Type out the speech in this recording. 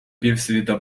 півсвіта